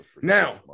Now